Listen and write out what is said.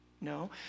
No